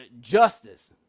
justice